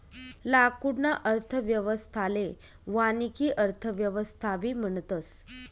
लाकूडना अर्थव्यवस्थाले वानिकी अर्थव्यवस्थाबी म्हणतस